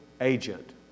agent